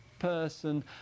person